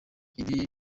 ibi